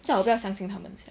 最好不要相信他们